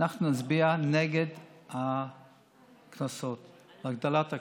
אנחנו נצביע נגד הגדלת הקנסות.